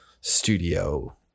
studio